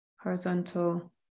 horizontal